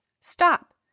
Stop